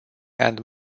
and